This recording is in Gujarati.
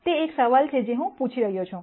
તે એક સવાલ છે જે હું પૂછી રહ્યો છું